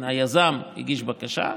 היזם הגיש בקשה,